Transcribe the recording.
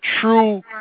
true